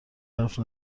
حرف